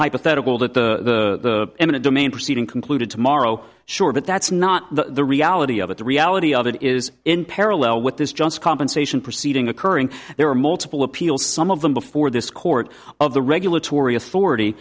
hypothetical that the eminent domain proceeding concluded tomorrow sure but that's not the reality of it the reality of it is in parallel with this just compensation proceeding occurring there are multiple appeals some of them before this court of the regulatory authority